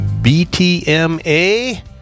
BTMA